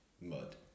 mud